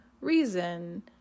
reason